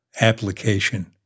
application